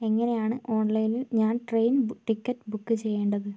എങ്ങനെയാണ് ഓൺലൈനിൽ ഞാൻ ട്രെയിൻ ടിക്കറ്റ് ബുക്ക് ചെയ്യേണ്ടത്